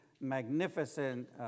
magnificent